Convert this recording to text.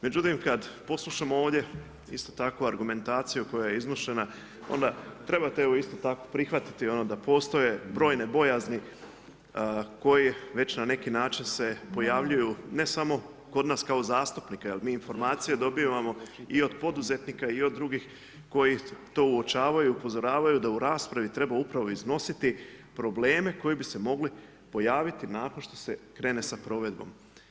Međutim, kada poslušamo ovdje isto tako argumentaciju koja je iznošena onda trebate evo isto tako prihvatiti ono da postoje brojne bojazni koji već na neki način se pojavljuju, ne samo kod nas kao zastupnika jel mi informacije dobivamo i od poduzetnika i od drugih koji to uočavaju, upozoravaju da u raspravi treba upravo iznositi probleme koji bi se mogli pojaviti nakon što se krene sa provedbom.